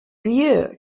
beer